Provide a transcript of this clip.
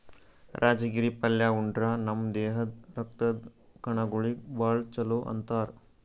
ರಾಜಗಿರಿ ಪಲ್ಯಾ ಉಂಡ್ರ ನಮ್ ದೇಹದ್ದ್ ರಕ್ತದ್ ಕಣಗೊಳಿಗ್ ಭಾಳ್ ಛಲೋ ಅಂತಾರ್